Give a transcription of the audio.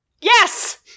Yes